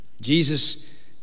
Jesus